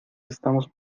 estamos